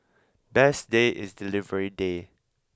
best day is delivery day